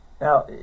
Now